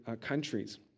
countries